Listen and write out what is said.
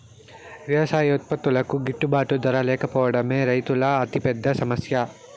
వ్యవసాయ ఉత్పత్తులకు గిట్టుబాటు ధర లేకపోవడమే రైతుల అతిపెద్ద సమస్య